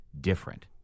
different